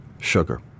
sugar